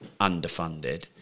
underfunded